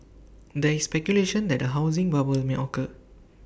there is speculation that A housing bubble may occur